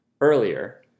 earlier